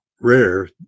rare